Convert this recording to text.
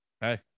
Hey